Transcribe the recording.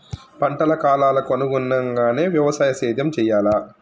పంటల కాలాలకు అనుగుణంగానే వ్యవసాయ సేద్యం చెయ్యాలా?